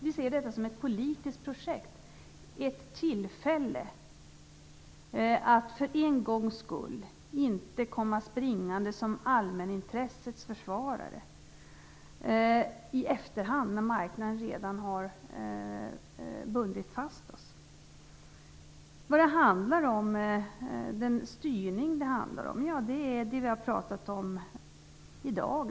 Vi ser det som ett politiskt projekt - ett tillfälle att för en gångs skull inte komma springande som allmänintressets försvarare i efterhand, när marknaden redan har bundit fast oss. Den styrning det handlar om är det vi har pratat om i dag.